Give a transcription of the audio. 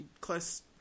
close